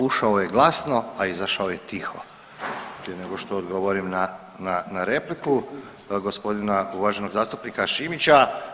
Ušao je glasno, a izašao je tiho prije nego što odgovorim na, na repliku gospodina uvaženog zastupnika Šimića.